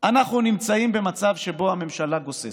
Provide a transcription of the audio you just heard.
אנחנו נמצאים במצב שבו הממשלה גוססת.